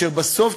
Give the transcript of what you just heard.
בסוף,